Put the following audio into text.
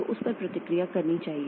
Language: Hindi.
तो उस पर प्रतिक्रिया करनी चाहिए